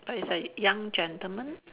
it's like young gentleman